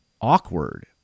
awkward